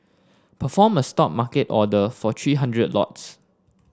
perform a Stop market order for three hundred lots